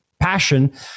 passion